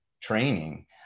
training